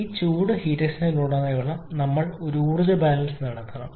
ഈ ചൂട് എക്സ്ചേഞ്ചറിലുടനീളം ഞങ്ങൾ ഒരു ഊർജ്ജ ബാലൻസ് നടത്തണം